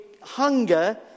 hunger